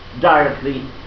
directly